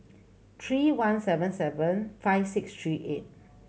three one seven seven five six three eight